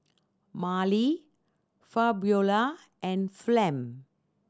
Marley Fabiola and Flem